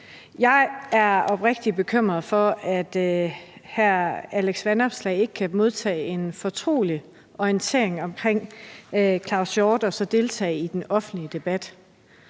Jeg er oprigtig bekymret over, at hr. Alex Vanopslagh ikke kan modtage en fortrolig orientering om hr. Claus Hjort Frederiksen og så deltage i den offentlige debat.